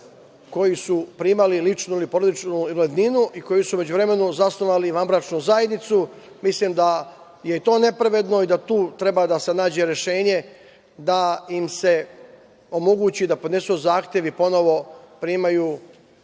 koja su primali ličnu ili porodičnu invalidninu, i koji su u međuvremenu zasnovali vanbračnu zajednicu. Mislim da je i to nepravedno i da tu treba da se nađe rešenje da im se omogući da podnesu zahtev i ponovo primaju